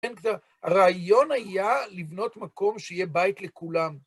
הרעיון היה לבנות מקום שיהיה בית לכולם.